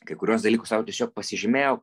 kai kuriuos dalykus sau tiesiog pasižymėjau